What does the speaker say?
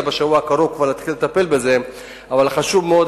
אנחנו רוצים להתחיל לטפל בזה כבר בשבוע הקרוב.